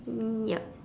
mm yup